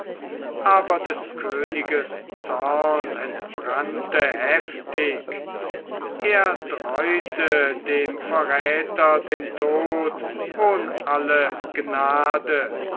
aber des königes zorn entbrannte heftig er dräute dem verräter den tod ohn alle gnade